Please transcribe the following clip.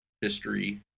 history